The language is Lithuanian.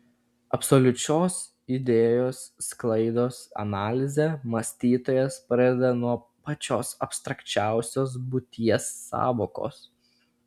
absoliučios idėjos sklaidos analizę mąstytojas pradeda nuo pačios abstrakčiausios būties sąvokos